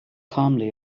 calmly